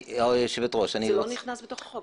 היושבת-ראש --- זה לא נכנס בתוך החוק.